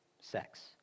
sex